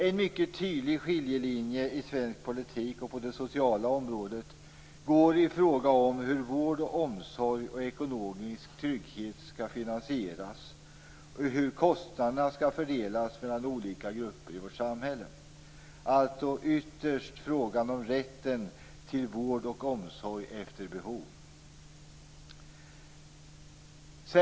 En mycket tydlig skiljelinje i svensk politik på det sociala området går i fråga om hur vård, omsorg och ekonomisk trygghet skall finansieras och hur kostnaderna skall fördelas mellan olika grupper i vårt samhälle. Det är alltså ytterst fråga om rätten till vård och omsorg efter behov.